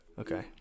Okay